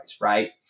right